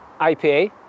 IPA